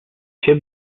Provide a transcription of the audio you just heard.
się